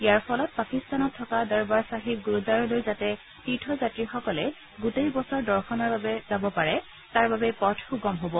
ইয়াৰ ফলত পাকিস্তান থকা দৰবাৰ চাহিব গুৰুদ্বাৰলৈ যাতে তীৰ্থযাত্ৰীসকলে গোটেই বছৰ দৰ্শনৰ বাবে যাব পাৰে তাৰ বাবে পথ সুগম কৰিব